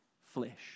flesh